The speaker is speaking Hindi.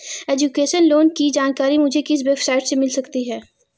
एजुकेशन लोंन की जानकारी मुझे किस वेबसाइट से मिल सकती है?